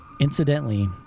Incidentally